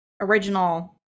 original